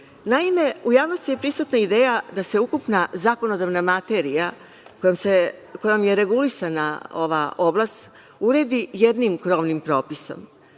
Naime, u javnosti je prisutna ideja da se ukupna zakonodavna materija kojom je regulisana ova oblast uredi jednim krovnim propisom.